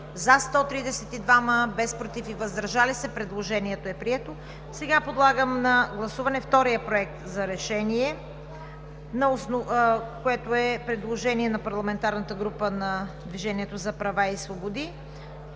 за 132, против и въздържали се няма. Предложението е прието. Сега подлагам на гласуване втория Проект за решение, което е предложение на парламентарната група на „Движението за права и свободи“: